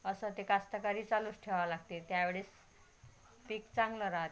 असं ते कास्तकारी चालूच ठेवावं लागते त्यावेळेस पिक चांगलं राहाते